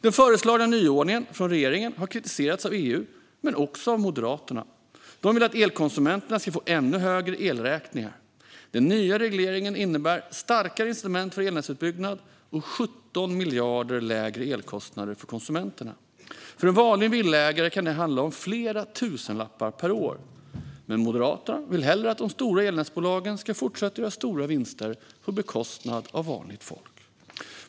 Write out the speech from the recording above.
Den föreslagna nyordningen från regeringen har kritiserats av EU men också av Moderaterna. De vill att elkonsumenterna ska få ännu högre elräkningar. Den nya regleringen innebär starkare incitament för elnätsutbyggnad och 17 miljarder kronor lägre elkostnader för konsumenterna. För en vanlig villaägare kan det handla om flera tusenlappar per år. Men Moderaterna vill hellre att de stora elnätsbolagen ska fortsätta att göra stora vinster på bekostnad av vanligt folk.